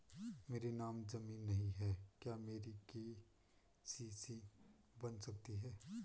मेरे नाम ज़मीन नहीं है क्या मेरी के.सी.सी बन सकती है?